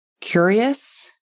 curious